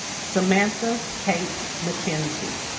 samantha kate mckenzie